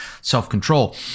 self-control